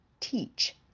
teach